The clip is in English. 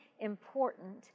important